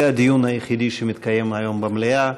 זה הדיון היחיד שמתקיים היום במליאה,